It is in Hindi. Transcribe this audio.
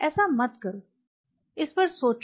ऐसा मत करो इस पर सोचो